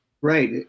Right